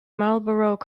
marlborough